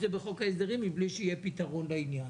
זה בחוק ההסדרים מבלי שיהיה פתרון לעניין.